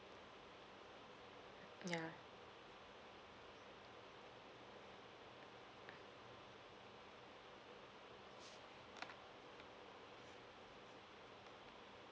mm ya